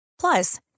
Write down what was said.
Plus